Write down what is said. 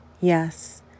yes